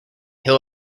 hill